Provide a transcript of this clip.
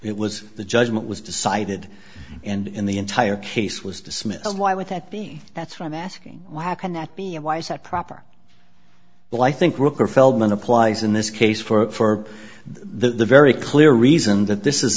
it was the judgement was decided and in the entire case was dismissed why would that be that's from asking why how can that be and why is that proper well i think worker feldman applies in this case for the very clear reason that this is